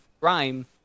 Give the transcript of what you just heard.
rhyme